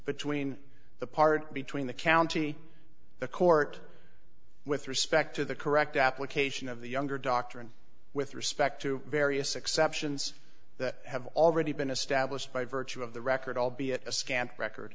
between the part between the county the court with respect to the correct application of the younger doctrine with respect to various exceptions that have already been established by virtue of the record albeit a scant record